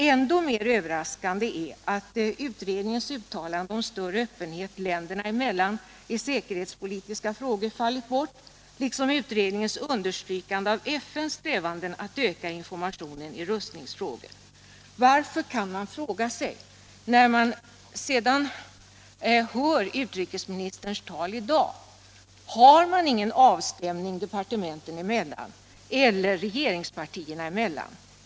Ännu mer överraskande är att utredningens uttalande om större öppenhet länderna emellan i säkerhetspolitiska frågor fallit bort, liksom utredningens understrykande av FN:s strävanden att öka informationen i rustningsfrågor. Varför? kan man fråga sig när man hör utrikesministerns tal i dag. Har man ingen avstämning departementen emellan, eller regeringspartierna emellan?